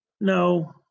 no